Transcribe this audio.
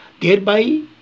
Thereby